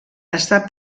està